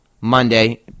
Monday